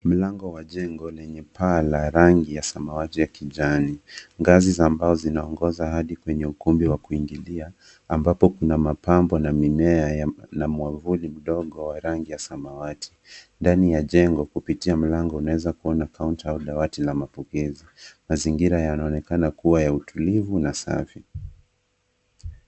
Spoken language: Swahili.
Mlango wa jengo lenye paa la rangi ya samawati ya kijani. Ngazi za mbao zinaongoza hadi kwa ukumbi wa kuingilia, ambapo kuna mapambo na mimea, na mwavuli mdogo wa rangi ya samawati. Ndani ya jengo kupitia mlango unaweza kuona counter au dawati la mapokezi. Mazingira yanaonekana kua ya utulivu na safi.